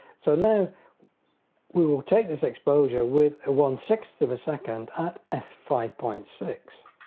so now we will take this exposure with a one six of a second at f five point six.